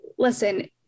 Listen